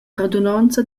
radunonza